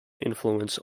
influence